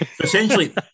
Essentially